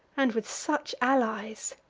and with such allies?